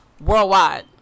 Worldwide